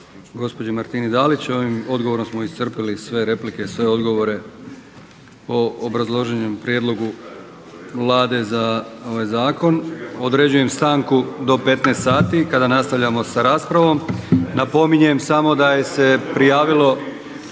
gospođi Martini Dalić. Ovim odgovorom smo iscrpili sve replike, sve odgovore o obrazloženom prijedlogu Vlade za ovaj zakon. Određujem stanku do 15,00 sati kada nastavljamo sa raspravom. Napominjem samo da se prijavilo